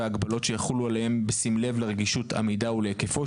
וההגבלות שיחולו עליהם בשים לב לרגישות המידע ולהיקפו,